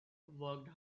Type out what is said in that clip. worked